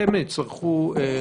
הם יצטרכו דיון.